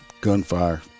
gunfire